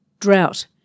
Drought